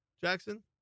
jackson